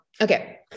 Okay